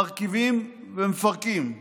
מרכיבים ומפרקים,